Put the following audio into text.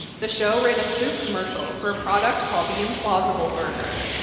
the show ran a spoof commercial for a product called the implausible burger.